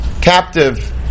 captive